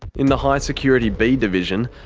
in the high security b-division,